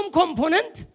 component